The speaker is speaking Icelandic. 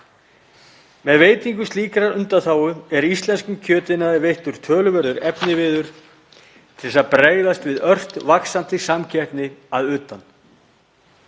Með veitingu slíkrar undanþágu er íslenskum kjötiðnaði veittur töluverður efniviður til að bregðast við ört vaxandi samkeppni að utan.